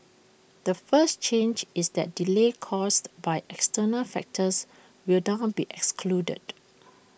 the first change is that delays caused by external factors will down be excluded